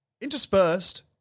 interspersed